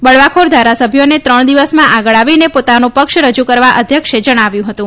બળવાખોર ધારાસભ્યોને ત્રણ દિવસમાં આગળ આવીને પોતાને પક્ષ રજૂ કરવા અધ્યક્ષે જણાવ્યું હતું